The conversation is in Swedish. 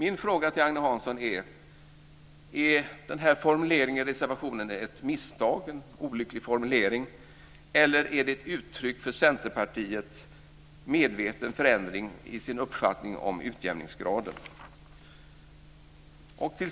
Min fråga till Agne Hansson är: Är formuleringen i reservationen ett misstag, en olycklig formulering, eller är den ett uttryck för en medveten förändring i Centerpartiets uppfattning om utjämningsgraden?